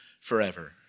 forever